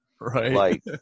Right